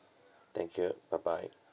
thank you bye bye